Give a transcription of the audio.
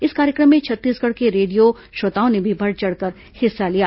इस कार्यक्रम में छत्तीसगढ़ के रेडियो श्रोताओं ने भी बढ़ चढ़कर हिस्सा लिया